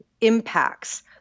impacts